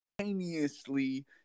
simultaneously